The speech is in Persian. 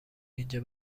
اینجا